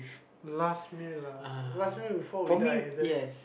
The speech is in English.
last meal lah last meal before we die is it